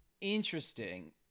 interesting